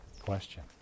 question